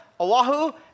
Oahu